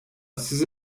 sizi